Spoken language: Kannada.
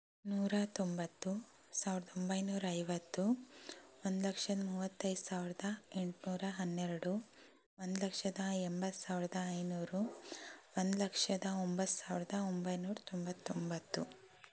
ನೂರ ತೊಂಬತ್ತು ಸಾವಿರದ ಒಂಬೈನೂರ ಐವತ್ತು ಒಂದು ಲಕ್ಷದ ಮೂವತ್ತೈದು ಸಾವಿರದ ಎಂಟ್ನೂರ ಹನ್ನೆರಡು ಒಂದು ಲಕ್ಷದ ಎಂಬತ್ತು ಸಾವಿರದ ಐನೂರು ಒಂದು ಲಕ್ಷದ ಒಂಬತ್ತು ಸಾವಿರದ ಒಂಬೈನೂರ ತೊಂಬತ್ತೊಂಬತ್ತು